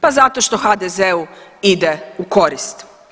Pa zato što HDZ-u ide u korist.